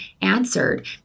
answered